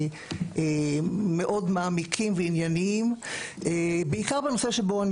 המאוד מעמיקים וענייניים בעיקר בנושא שעליו אני